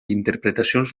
interpretacions